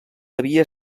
havia